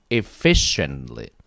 efficiently